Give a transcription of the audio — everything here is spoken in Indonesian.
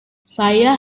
saya